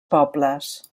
pobles